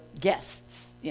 guests